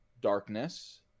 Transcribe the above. darkness